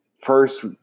first